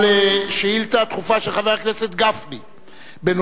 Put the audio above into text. על שאילתא דחופה של חבר הכנסת גפני בנושא: